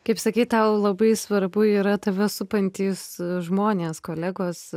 kaip sakei tau labai svarbu yra tave supantys žmonės kolegos